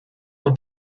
will